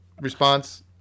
response